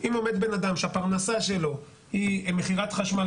אם עומד בן אדם שהפרנסה שלו היא מכירת חשמל